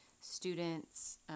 students